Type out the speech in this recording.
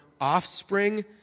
offspring